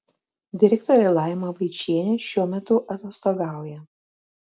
direktorė laima vaičienė šiuo metu atostogauja